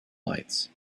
lights